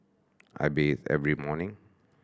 I bathe every morning